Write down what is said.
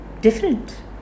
different